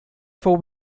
fou